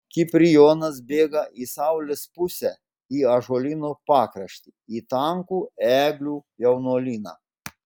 kiprijonas bėga į saulės pusę į ąžuolyno pakraštį į tankų eglių jaunuolyną